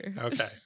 Okay